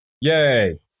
Yay